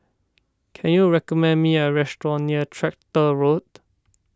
can you recommend me a restaurant near Tractor Road